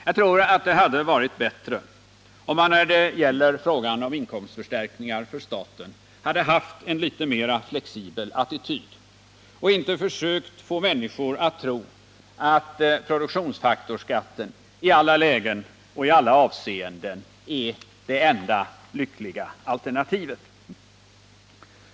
Jag tror att det hade varit bättre om man när det gäller frågan om inkomstförstärkningar för staten hade haft en litet mer flexibel attityd, och inte försökt få människor att tro att produktionsfaktorsskatten i alla lägen och i alla avseenden är det enda lyckliga alternativet.